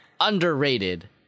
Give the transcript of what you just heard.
underrated